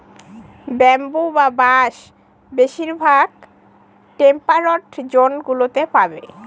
bamboo বা বাঁশ বেশিরভাগ টেম্পারড জোন গুলোতে পাবে